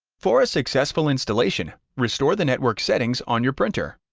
for a successful installation, restore the network settings on your printer.